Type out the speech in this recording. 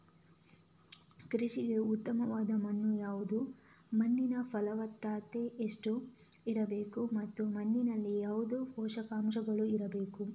ಕೃಷಿಗೆ ಉತ್ತಮವಾದ ಮಣ್ಣು ಯಾವುದು, ಮಣ್ಣಿನ ಫಲವತ್ತತೆ ಎಷ್ಟು ಇರಬೇಕು ಮತ್ತು ಮಣ್ಣಿನಲ್ಲಿ ಯಾವುದು ಪೋಷಕಾಂಶಗಳು ಇರಬೇಕು?